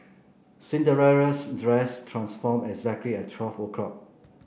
Cinderella's dress transformed exactly at twelve o'clock